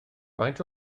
faint